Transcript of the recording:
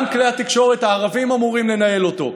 גם כלי התקשורת הערביים אמורים לנהל אותו,